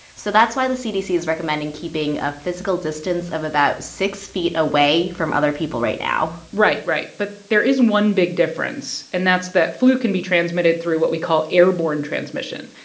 so that's why the cdc is recommending keeping a physical distance of about six feet away from other people right now right. right. but there is one big difference, and that's that flu can be transmitted through what we call airborne transmission.